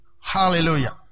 Hallelujah